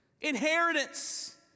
Inheritance